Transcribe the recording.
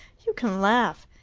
you can laugh.